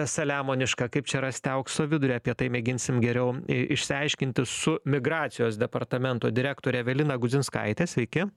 saliamonišką kaip čia rasti aukso vidurį apie tai mėginsim geriau i išsiaiškinti su migracijos departamento direktore evelina gudzinskaite sveiki